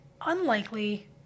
unlikely